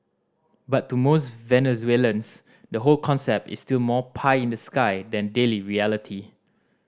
but to most Venezuelans the whole concept is still more pie in the sky than daily reality